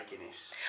Guinness